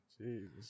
Jesus